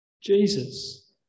Jesus